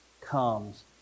comes